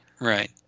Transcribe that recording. Right